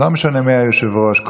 לא משנה מי היושב-ראש.